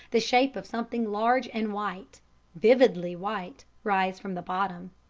the shape of something large and white vividly white rise from the bottom.